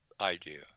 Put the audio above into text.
idea